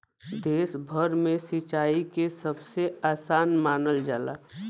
देश भर में सिंचाई के सबसे आसान मानल जाला